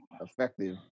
effective